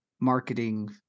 marketing